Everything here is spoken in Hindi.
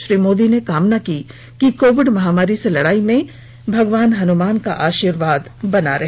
श्री मोदी ने कामना की कि कोविड महामारी से लड़ाई में भगवान हनुमान का आशीर्वाद बना रहे